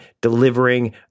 delivering